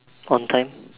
on time